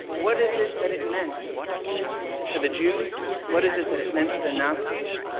what is it that it meant to the jews? what is it that it meant to the nazis?